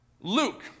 Luke